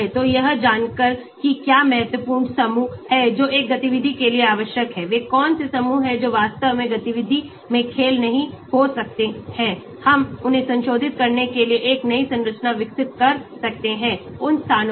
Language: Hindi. तो यह जानकर कि क्या महत्वपूर्ण समूह हैं जो एक गतिविधि के लिए आवश्यक हैं वे कौन से समूह हैं जो वास्तव में गतिविधि में खेल नहीं हो सकते हैं हम उन्हें संशोधित करने के लिए एक नई संरचना विकसित कर सकते हैं उन स्थानों पर